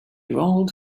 rode